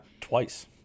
twice